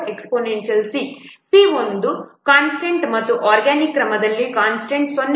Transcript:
5c c ಒಂದು constant ಮತ್ತು organic ಕ್ರಮದಲ್ಲಿ ಕನ್ಸ್ಟಂಟ್ 0